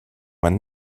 man